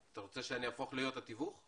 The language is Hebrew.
אתה רוצה שאהפוך להיות התיווך?